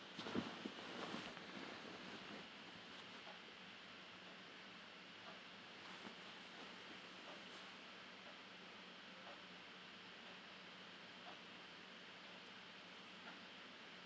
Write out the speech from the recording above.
mm